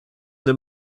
the